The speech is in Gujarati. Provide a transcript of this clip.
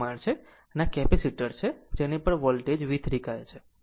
અને આ એક કેપેસિટર છે જેની પર વોલ્ટેજ V3 કહે છે